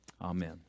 Amen